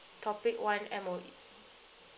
topic one M_O_E